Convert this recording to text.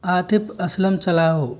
आतिफ़ असलम चलाओ